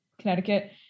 connecticut